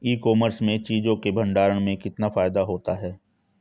ई commerce में चीज़ों के भंडारण में कितना फायदा होता है?